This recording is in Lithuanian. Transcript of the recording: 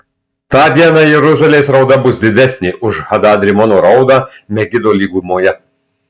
tą dieną jeruzalės rauda bus didesnė už hadad rimono raudą megido lygumoje